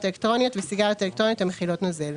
אלקטרוניות וסיגריות אלקטרוניות המכילות נוזל".